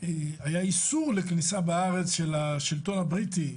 היה איסור לכניסה לארץ של השלטון הבריטי,